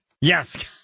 Yes